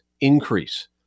increase